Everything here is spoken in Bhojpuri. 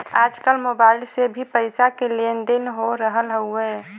आजकल मोबाइल से भी पईसा के लेन देन हो रहल हवे